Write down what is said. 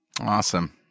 Awesome